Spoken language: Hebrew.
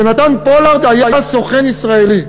"יונתן פולארד היה סוכן ישראלי,